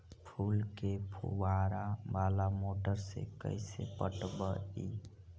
फूल के फुवारा बाला मोटर से कैसे पटइबै?